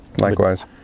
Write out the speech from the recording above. likewise